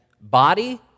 Body